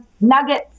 nuggets